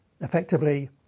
effectively